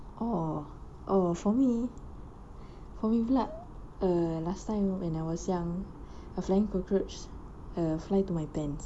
oh oh for me for me pula err last time when I was young a flying cockroach fly to my pants